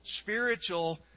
spiritual